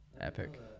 Epic